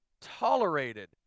tolerated